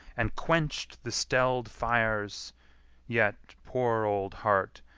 and quench'd the stelled fires yet, poor old heart,